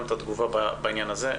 את התגובה בעניין הזה.